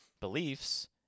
beliefs